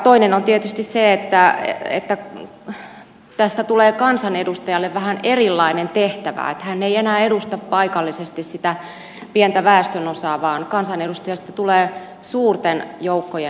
toinen on tietysti se että tästä tulee kansanedustajalle vähän erilainen tehtävä että hän ei enää edusta paikallisesti sitä pientä väestönosaa vaan kansanedustajista tulee suurten joukkojen edustajia